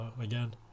again